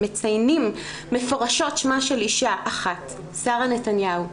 המציינים מפורשות שמה של אישה אחת, שרה נתניהו.